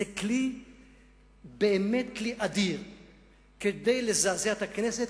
זה באמת כלי אדיר כדי לזעזע את הכנסת,